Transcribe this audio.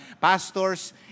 pastors